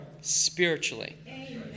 spiritually